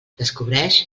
descobreix